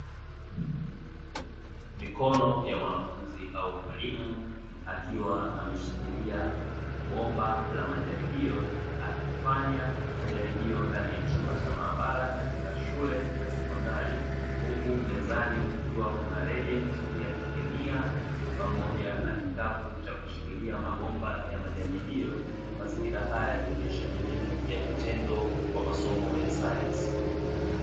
Mikono ya mwanafunzi au mwalimu akiwa ameshikilia bomba la majaribio akifanya majaribio ndani ya chumba cha maabara katika shule ya sekondari huku mezani kukiwa kuna "regent" ya kikemia pamoja na kikapu cha kushikiria mabomba ya majaribio; mazingira haya yakionyesha elimu ya vitendo kwa masomo ya sayansi.